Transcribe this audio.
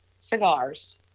cigars